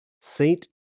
Saint